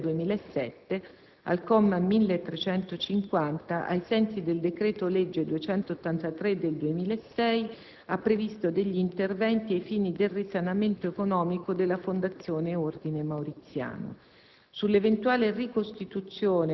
Soggiungo che la legge finanziaria 2007, al comma 1350, ai sensi del decreto-legge n. 283 del 2006, ha previsto degli interventi ai fini del risanamento economico della Fondazione Ordine Mauriziano.